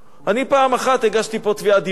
אני פעם אחת הגשתי פה תביעת דיבה,